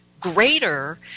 greater